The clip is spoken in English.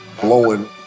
blowing